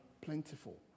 plentiful